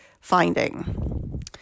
finding